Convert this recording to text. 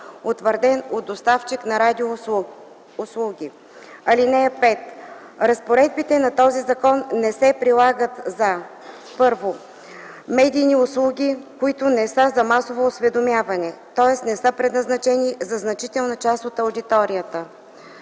утвърден от доставчик на радиоуслуги. (5) Разпоредбите на този закон не се прилагат за: 1. медийни услуги, които не са за масово осведомяване, тоест не са предназначени за значителна част от аудиторията;